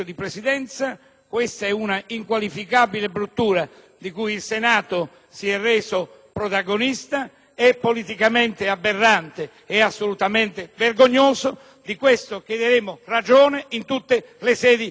è politicamente aberrante e assolutamente vergognoso. Di ciò chiederemo ragione in tutte le sedi politiche.